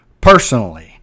personally